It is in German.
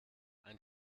ein